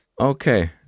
Okay